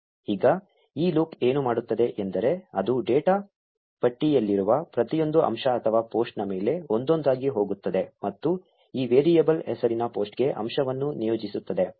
ಈಗ ಈ ಲೂಪ್ ಏನು ಮಾಡುತ್ತದೆ ಎಂದರೆ ಅದು ಡೇಟಾ ಪಟ್ಟಿಯಲ್ಲಿರುವ ಪ್ರತಿಯೊಂದು ಅಂಶ ಅಥವಾ ಪೋಸ್ಟ್ನ ಮೇಲೆ ಒಂದೊಂದಾಗಿ ಹೋಗುತ್ತದೆ ಮತ್ತು ಈ ವೇರಿಯಬಲ್ ಹೆಸರಿನ ಪೋಸ್ಟ್ಗೆ ಅಂಶವನ್ನು ನಿಯೋಜಿಸುತ್ತದೆ